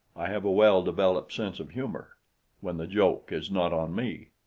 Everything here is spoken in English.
i have a well-developed sense of humor when the joke is not on me.